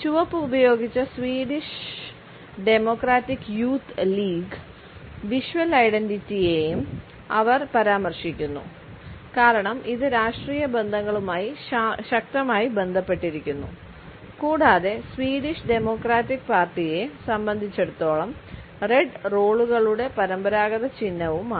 ചുവപ്പ് ഉപയോഗിച്ച Swedish democratic youth ലീഗിന്റെ സംബന്ധിച്ചിടത്തോളം റെഡ് റോളുകളുടെ പരമ്പരാഗത ചിഹ്നവുമാണ്